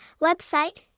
Website